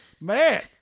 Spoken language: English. man